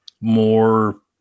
more